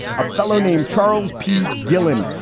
a fellow named charles p. guillen,